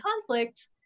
conflict